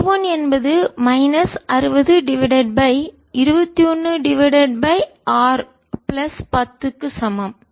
V1 என்பது minus 60 divided by 21 divided by R plus 10 க்கு சமம்